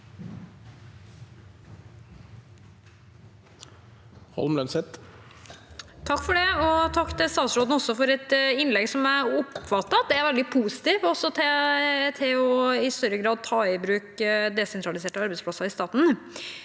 (H) Takk til statsrå- den for et innlegg som jeg oppfattet at er veldig positivt, også til i større grad å ta i bruk desentraliserte arbeidsplasser i staten.